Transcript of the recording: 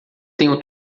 tenho